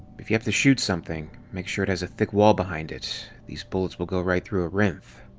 if you have to shoot something, make sure it has a thick wall behind it these bullets will go right through a rhynth.